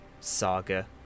Saga